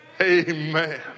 Amen